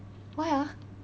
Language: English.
why ah